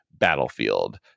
Battlefield